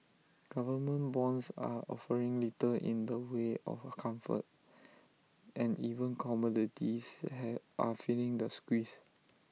government bonds are offering little in the way of comfort and even commodities have are feeling the squeeze